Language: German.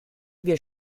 wir